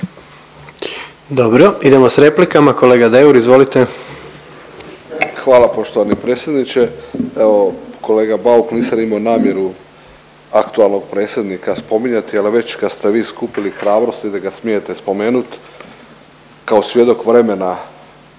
Dobro. Idemo sa replikama. Kolega Deur, izvolite. **Deur, Ante (HDZ)** Hvala poštovani predsjedniče. Evo kolega Bauk nisam imao namjeru aktualnog predsjednika spominjati, ali već kad ste vi skupili hrabrost da ga smijete spomenuti kao svjedok vremena